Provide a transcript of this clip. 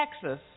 Texas